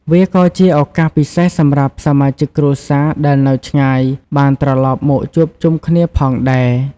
វាក៏ជាឱកាសពិសេសសម្រាប់សមាជិកគ្រួសារដែលនៅឆ្ងាយបានត្រឡប់មកជួបជុំគ្នាផងដែរ។